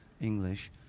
English